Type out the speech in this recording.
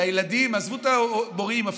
כשהילדים האלה, עזבו את המורים אפילו,